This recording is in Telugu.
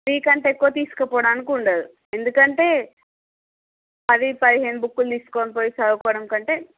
త్రీ కంటే ఎక్కువ తీసుకపోవడానికి ఉండదు ఎందుకంటే అవి పది పదిహేను బుక్కులు తీసుకొని పోయి చదువుకోవడం కంటే